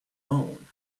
alone